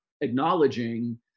acknowledging